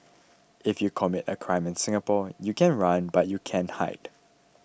if you commit a crime in Singapore you can run but you can't hide